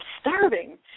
starving